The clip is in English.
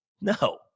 No